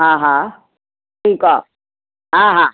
हा हा ठीक आहे हा हा